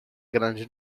grande